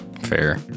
Fair